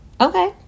okay